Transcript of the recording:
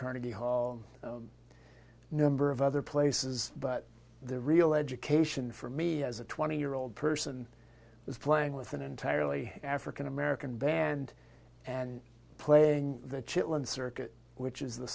carnegie hall a number of other places but the real education for me as a twenty year old person was playing with an entirely african american band and playing the chitlin circuit which is the